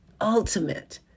ultimate